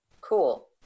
Cool